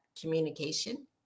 communication